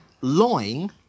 lying